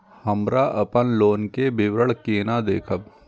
हमरा अपन लोन के विवरण केना देखब?